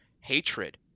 hatred